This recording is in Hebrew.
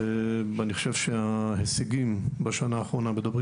ואני חושב שההישגים בשנה האחרונה מדברים